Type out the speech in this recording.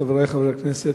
תודה, חברי חברי הכנסת,